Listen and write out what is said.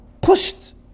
pushed